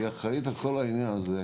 שאחראית על כל העניין הזה.